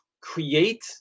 create